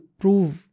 prove